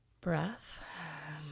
Breath